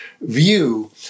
view